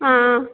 ஆ ஆ